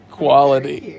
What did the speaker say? quality